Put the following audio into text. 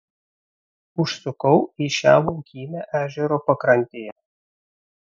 užsukau į šią laukymę ežero pakrantėje